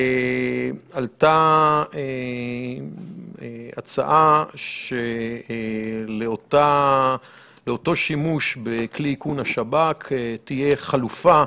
עלתה הצעה שלאותו שימוש בכלי איכון השב"כ תהיה חלופה,